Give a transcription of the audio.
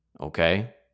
okay